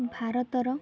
ଭାରତର